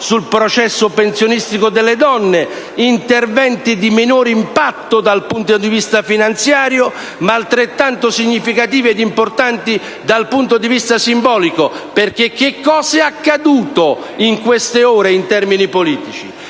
sul processo pensionistico delle donne, interventi di minore impatto dal punto di vista finanziario, ma altrettanto significativi ed importanti dal punto di vista simbolico. Che cosa è infatti accaduto in queste ore in termini politici?